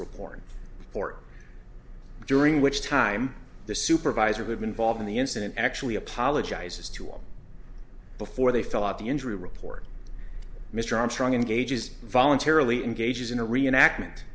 report or during which time the supervisor who had been involved in the incident actually apologizes to or before they fill out the injury report mr armstrong engages voluntarily engages in a reenactment